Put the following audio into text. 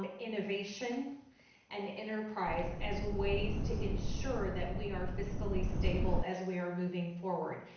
ah innovation and enterprise as ways to ensure that we are fiscally stable as we are moving forward.